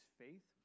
faith